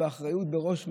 אחריות של ראש מדינה,